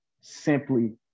simply